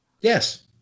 Yes